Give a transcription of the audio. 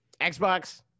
Xbox